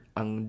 ang